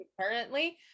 currently